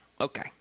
okay